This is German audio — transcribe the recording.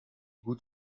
gut